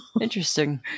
Interesting